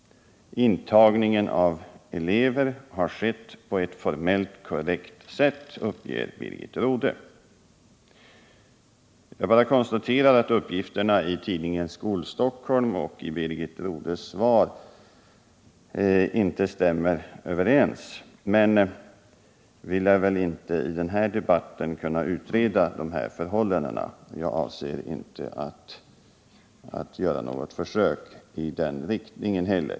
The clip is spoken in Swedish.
Intagningen av elever har skett på ett formellt korrekt sätt, uppger Birgit Rodhe. Jag bara konstaterar att uppgifterna i tidningen Skol-Stockholm och i Birgit Rodhes svar inte stämmer överens, men vi lär väl inte i denna debatt kunna utreda dessa förhållanden. Jag avser inte heller att nu göra något försök i den riktningen.